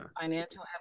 financial